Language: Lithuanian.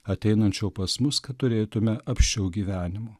ateinančio pas mus kad turėtume apsčiau gyvenimo